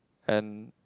and